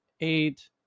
eight